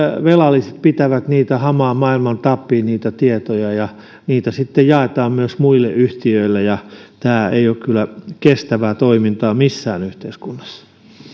velalliset pitävät hamaan maailman tappiin niitä tietoja ja niitä sitten jaetaan myös muille yhtiöille tämä ei ole kyllä kestävää toimintaa missään yhteiskunnassa